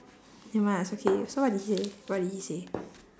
never mind ah it's okay so what did he say what did he say